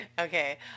okay